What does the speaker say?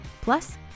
plus